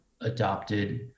adopted